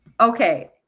okay